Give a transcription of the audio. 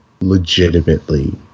legitimately